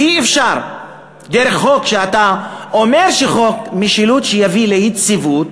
ואי-אפשר דרך חוק שאתה אומר שיביא ליציבות,